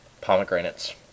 pomegranates